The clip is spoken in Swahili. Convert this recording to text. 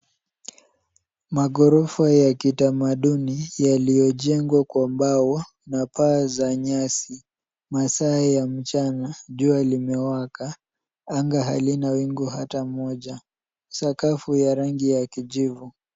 Maghorofa ya kitamaduni yaliyojengwa kwa mbao na paa za nyasi. Masaa ya mchana, jua limewaka, anga halina wingu hata moja. Sakafu ya rangi ya kijivu.